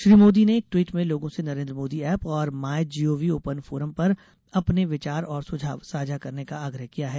श्री मोदी ने एक ट्वीट में लोगों से नरेन्द्र मोदी एप और माईजीओवी ओपन फोरम पर अपने विचार और सुझाव साझा करने का आग्रह किया है